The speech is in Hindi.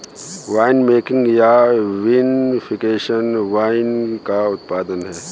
वाइनमेकिंग या विनिफिकेशन वाइन का उत्पादन है